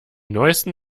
neusten